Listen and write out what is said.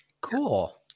Cool